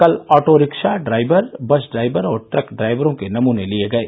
कल auto rickshaw driver bus driver और truck ड्राइवरों के नमूने लिये गये